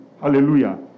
Hallelujah